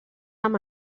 amb